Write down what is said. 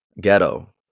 Ghetto